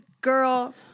girl